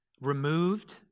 removed